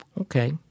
Okay